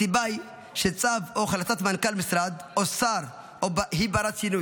הסיבה היא שצו או החלטת מנכ"ל משרד או שר הם בני-שינוי.